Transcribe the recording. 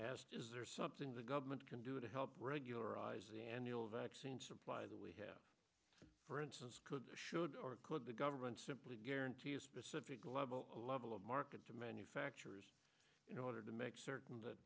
asked is there something the government can do to help regularize the annual vaccine supply that we have for instance could or should or could the government simply guarantee a specific level a level of market to manufacturers in order to make certain that